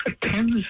tens